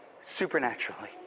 supernaturally